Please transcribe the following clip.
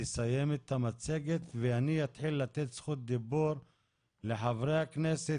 היא תסיים את המצגת ואני אתן זכות דיבור לחברי הכנסת.